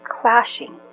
clashing